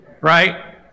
Right